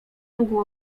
mógł